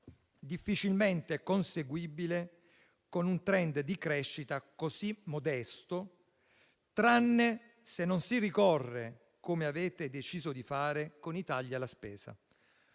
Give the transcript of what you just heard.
difficilmente conseguibile con un *trend* di crescita così modesto, tranne se non si ricorre, come avete deciso di fare, ai tagli alla spesa.